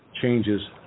changes